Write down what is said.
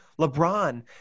LeBron